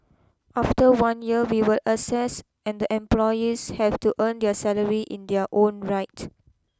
after one year we will assess and the employees have to earn their salary in their own right